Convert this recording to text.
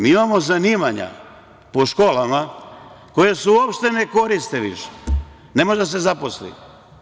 Mi imamo zanimanja po školama koja se uopšte ne koriste više, ne može da se zaposli.